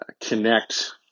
connect